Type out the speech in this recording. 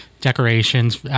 decorations